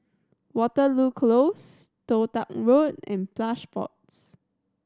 Waterloo Close Toh Tuck Road and Plush Pods